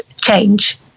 change